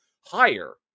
higher